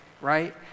right